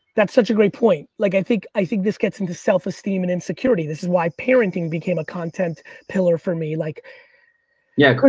that's such a great point. like i think i think this gets into self-esteem and insecurity. this is why parenting became a content pillar for me. like yeah,